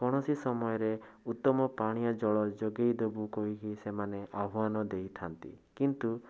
କୌଣସି ସମୟରେ ଉତ୍ତମ ପାନୀୟ ଜଳ ଯୋଗାଇ ଦେବୁ କହିକି ସେମାନେ ଆହ୍ୱାନ ଦେଇଥାନ୍ତି କିନ୍ତୁ